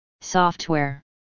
Software